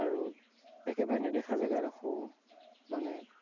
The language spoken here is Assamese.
আৰু একেবাৰে নেদেখা জেগা ডোখৰো মানে